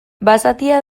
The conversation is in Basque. basatia